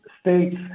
states